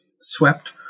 swept